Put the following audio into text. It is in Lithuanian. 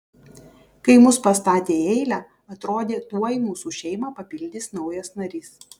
kai mus pastatė į eilę atrodė tuoj mūsų šeimą papildys naujas narys